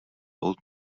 old